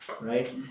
right